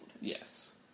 Yes